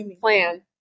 plan